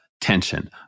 tension